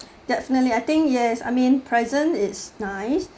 definitely I think yes I mean present is nice